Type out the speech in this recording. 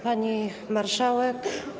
Pani Marszałek!